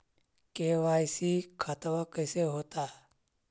KYC खतबा कैसे होता?